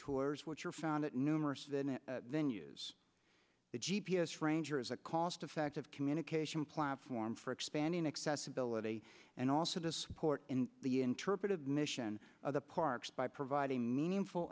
tours which are found at numerous then use the g p s ranger as a cost effective communication platform for expanding accessibility and also to support the interpretive mission of the parks by providing meaningful